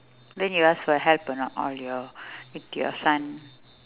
then you ask for help or not all your with your son